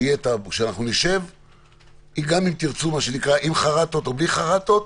גם אם תרצו, מה שנקרא, עם חרטות או בלי חרטות,